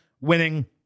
winning